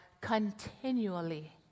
continually